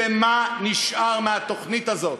ומה נשאר מהתוכנית הזאת?